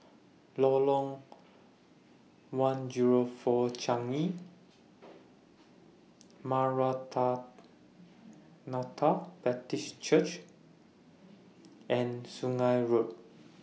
Lorong one Zero four Changi Baptist Church and Sungei Road